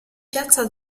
piazza